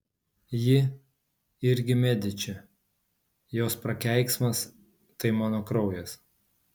ji irgi mediči jos prakeiksmas tai mano kraujas